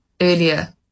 earlier